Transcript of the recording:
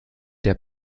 der